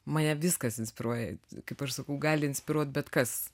mane viskas inspiruoja kaip aš sakau gali inspiruot bet kas